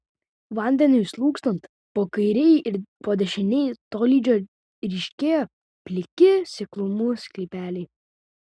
vandeniui slūgstant po kairei ir po dešinei tolydžio ryškėjo pliki seklumų sklypeliai